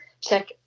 check